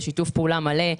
בשיתוף פעולה מלא.